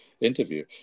interview